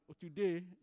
today